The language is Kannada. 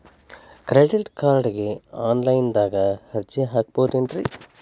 ಕ್ರೆಡಿಟ್ ಕಾರ್ಡ್ಗೆ ಆನ್ಲೈನ್ ದಾಗ ಅರ್ಜಿ ಹಾಕ್ಬಹುದೇನ್ರಿ?